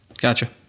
Gotcha